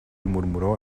murmuró